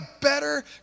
better